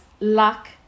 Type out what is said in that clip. luck